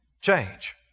Change